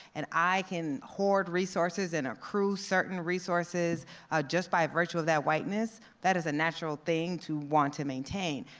and i can hoard resources and accrue certain resources just by virtue of that whiteness, that is a natural thing to want to maintain.